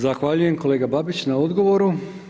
Zahvaljujem kolega Babić na odgovoru.